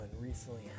recently